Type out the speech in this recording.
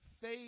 faith